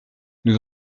nous